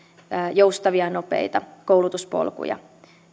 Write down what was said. joustavia nopeita koulutuspolkuja